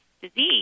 disease